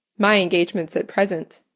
my engagements at present,